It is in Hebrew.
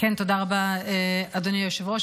תודה רבה, אדוני היושב-ראש.